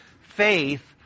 Faith